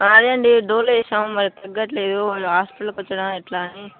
అదే అండి డోలో వేసాం తగ్గలేదు హాస్పిటల్కి వచ్చేనా ఎట్లా అని